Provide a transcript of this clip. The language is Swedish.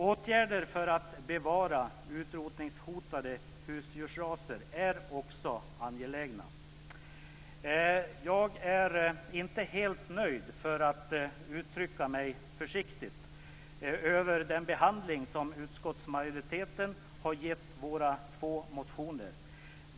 Åtgärder för att bevara utrotningshotade husdjursraser är också angelägna. Jag är inte helt nöjd, för att uttrycka mig försiktigt, med den behandling som utskottsmajoriteten har gett våra två motioner.